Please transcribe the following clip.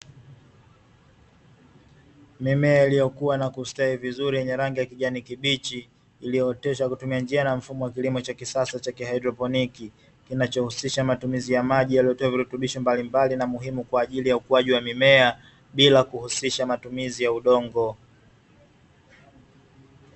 Mimea iliyokuwa na kustawi vizuri yenye rangi ya kijani kibichi, iliyooteshwa kwa njia ya mfumo wa kisasa wa kilimo cha hydroponi, kinachohusisha matumizi ya maji yaliyopatiwa virutubisho mbalimbali na muhimu kwa ajili ya ukuaji wa mimea bila kuhusisha matumizi ya udongo.